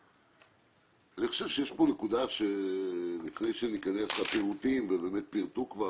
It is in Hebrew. יש פה נקודה שלפני שניכנס לפירוט ובאמת פירטו כבר